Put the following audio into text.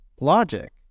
logic